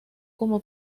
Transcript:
como